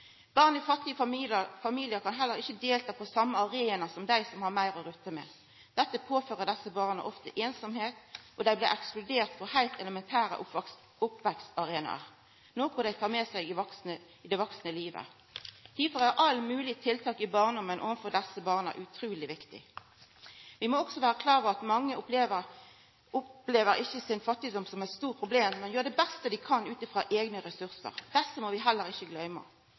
Barn i fattige familiar kan heller ikkje delta på same arenaen som dei som har meir å rutta med. Dette påfører ofte desse barna einsemd, og dei blir ekskluderte frå heilt elementære oppvekstarenaer, noko dei tek med seg i det vaksne livet. Difor er alle moglege tiltak i barndommen overfor desse barna utruleg viktig. Vi må også vera klåre over at mange opplever ikkje fattigdommen sin som eit stort problem, men gjer det beste dei kan ut frå eigne ressursar. Desse må vi heller ikkje